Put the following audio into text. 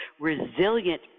resilient